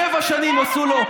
שבע שנים עשו לו,